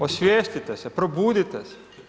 Osvijestite se, probudite se.